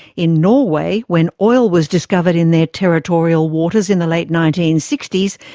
in norway, when oil was discovered in their territorial waters in the late nineteen sixty s,